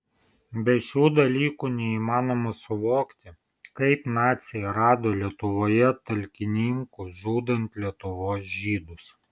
be šių dalykų neįmanoma suvokti kaip naciai rado lietuvoje talkininkų žudant lietuvos žydus